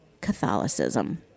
Catholicism